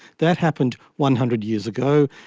that happened one hundred years ago,